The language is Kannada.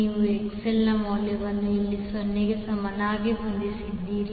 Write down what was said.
ನೀವು XL ನ ಮೌಲ್ಯವನ್ನು ಇಲ್ಲಿ 0 ಗೆ ಸಮನಾಗಿ ಹೊಂದಿಸಿದ್ದೀರಿ